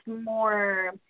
more